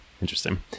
Interesting